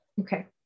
Okay